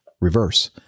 reverse